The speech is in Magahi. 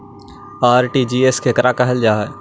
आर.टी.जी.एस केकरा कहल जा है?